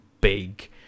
big